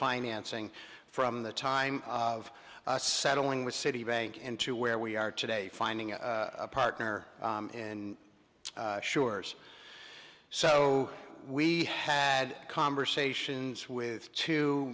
financing from the time of settling with citibank into where we are today finding a partner in its shores so we had conversations with two